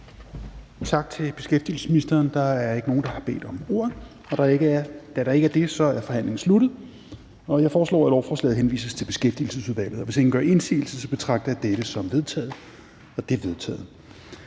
Tak til beskæftigelsesministeren. Der er ikke nogen, der har bedt om ordet. Da der ikke er det, er forhandlingen sluttet. Jeg foreslår, at lovforslaget henvises til Beskæftigelsesudvalget. Hvis ingen gør indsigelse, betragter jeg dette som vedtaget. Det er vedtaget.